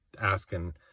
asking